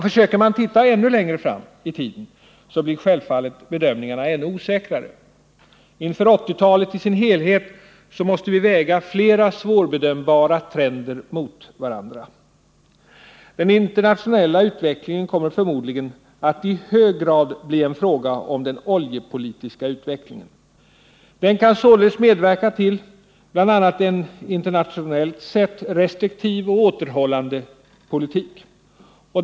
Försöker man titta ännu längre fram i tiden blir självfallet bedömningarna ännu osäkrare. Inför 1980-talet i dess helhet måste vi väga flera svårbedömbara trender mot varandra. Den internationella utvecklingen kommer förmodligen att i hög grad bli en fråga om den oljepolitiska utvecklingen. Den kan således medverka till bl.a. en internationellt sett restriktiv och återhållande politik.